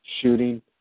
shooting